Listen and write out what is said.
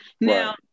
Now